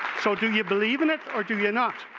so do you believe in it or do you not?